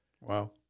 Wow